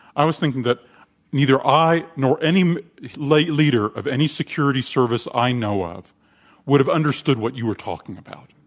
i was thinking that neither i nor any leader leader of any security service i know of would have understood what you are talking about.